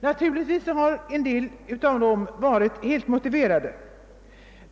Naturligtvis har en del av dem varit fullt motiverade.